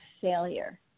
failure